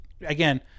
again –